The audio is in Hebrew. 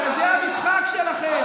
הרי זה המשחק שלכם.